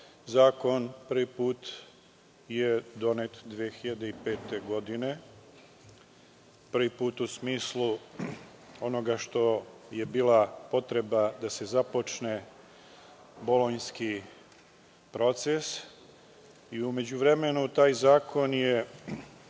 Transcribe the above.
Zakon je prvi put donet 2005. godine. Prvi put u smislu onoga što je bila potreba da se započne Bolonjski proces i u međuvremenu taj zakon je